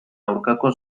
aurkako